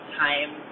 time